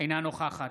נגד